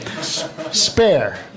spare